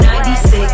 96